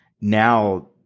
Now